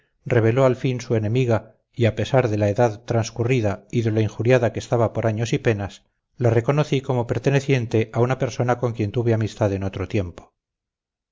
reveló al fin su enemiga y a pesar de la edad transcurrida y de lo injuriada que estaba por años y penas la reconocí como perteneciente a una persona con quien tuve amistad en otro tiempo